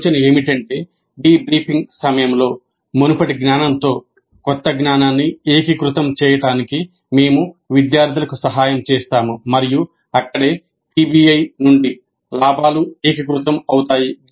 ఆలోచన ఏమిటంటే డిబ్రీఫింగ్ సమయంలో మునుపటి జ్ఞానంతో కొత్త జ్ఞానాన్ని ఏకీకృతం చేయడానికి మేము విద్యార్థులకు సహాయం చేస్తాము మరియు అక్కడే పిబిఐ నుండి లాభాలు ఏకీకృతం అవుతాయి